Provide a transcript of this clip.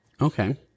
Okay